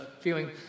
feeling